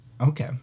Okay